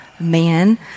man